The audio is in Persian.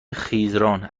خیزران